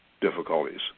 difficulties